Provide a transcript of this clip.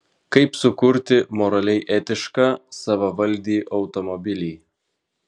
kaip sukurti moraliai etišką savavaldį automobilį